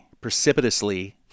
precipitously